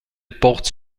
porte